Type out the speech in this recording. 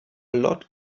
lot